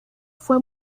fue